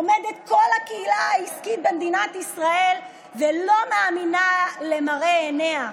עומדת כל הקהילה העסקית במדינת ישראל ולא מאמינה למראה עיניה.